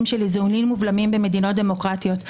של איזונים ובלמים במדינות דמוקרטיות,